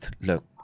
look